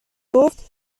گفت